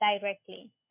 directly